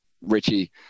richie